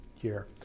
year